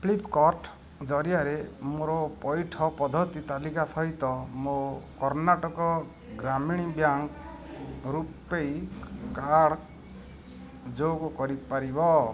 flip cart ଜରିଆରେ ମୋର ପଇଠ ପଦ୍ଧତି ତାଲିକା ସହିତ ମୋ Karnataka Gramin Bank RuPay card ଯୋଗ କରିପାରିବ